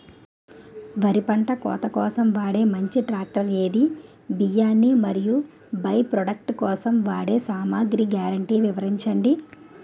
వరి పంట కోత కోసం వాడే మంచి ట్రాక్టర్ ఏది? బియ్యాన్ని మరియు బై ప్రొడక్ట్ కోసం వాడే సామాగ్రి గ్యారంటీ వివరించండి?